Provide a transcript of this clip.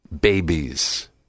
Babies